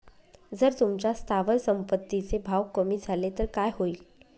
जर तुमच्या स्थावर संपत्ती चे भाव कमी झाले तर काय होईल?